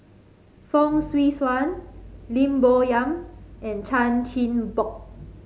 Fong Swee Suan Lim Bo Yam and Chan Chin Bock